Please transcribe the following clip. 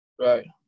right